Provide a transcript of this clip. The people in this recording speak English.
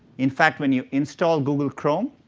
in fact, when you install google chrome,